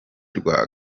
rwa